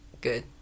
Good